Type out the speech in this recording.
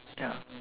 ya